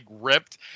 ripped